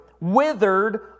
withered